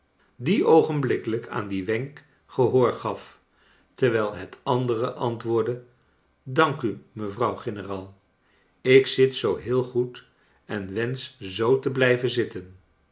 die oogenblikkelijk aan dien wenk gehoor gaf terwijl het andere antwoordde dank u mevrouw general ik zit zoo heel goed en wensch zoo te blijven zitten